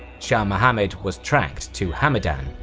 shah muhammad was tracked to hamadan,